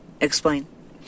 Explain